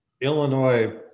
Illinois